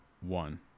one